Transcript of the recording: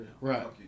Right